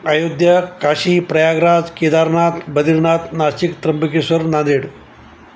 Ayodhya Kashi Prayagraj Kedarnath Badrinath Nashik Trimbakeshwar Nanded